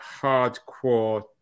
hardcore